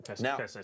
Now